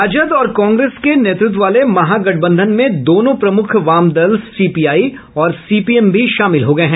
राजद और कांग्रेस के नेतृत्व वाले महागठबंधन में दोनों प्रमुख वाम दल सीपीआई और सीपीएम भी शामिल हो गये हैं